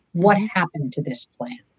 what happened to this plan?